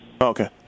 Okay